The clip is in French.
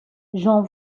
j’en